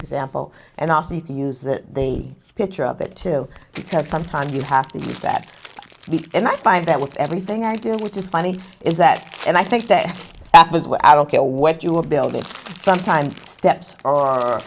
example and also you can use the the picture of it too because sometimes you have to be that big and i find that with everything i do which is funny is that and i think that that was what i don't care what you look building from time steps or